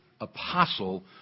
apostle